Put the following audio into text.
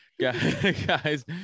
guys